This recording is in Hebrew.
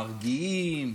מרגיעים,